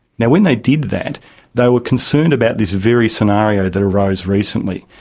now, when they did that they were concerned about this very scenario that arose recently.